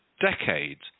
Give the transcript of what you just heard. decades